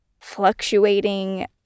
fluctuating